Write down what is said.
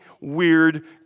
weird